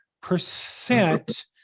percent